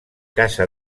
casa